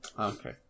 Okay